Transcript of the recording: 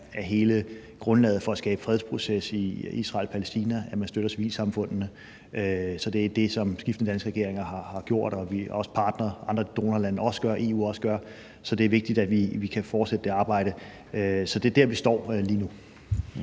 af hele grundlaget for at skabe fredsproces i Israel-Palæstina, at man støtter civilsamfundene, så det er det, som skiftende danske regeringer har gjort, og som andre donorlande og EU også gør. Så det er vigtigt, at vi kan fortsætte det arbejde. Så det er der, vi står lige nu.